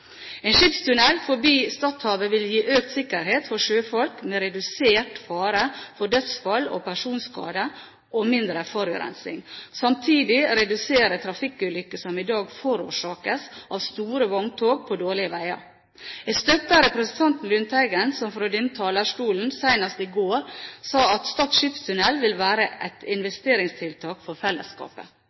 En skipstunnel forbi Stadhavet vil gi økt sikkerhet for sjøfolk, med redusert fare for dødsfall og personskader og mindre forurensning, og samtidig redusere trafikkulykker som i dag forårsakes av store vogntog på dårlige veier. Jeg støtter representanten Lundteigen, som fra denne talerstolen senest i går sa at Stad skipstunnel vil være et investeringstiltak for fellesskapet.